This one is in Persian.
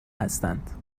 هستند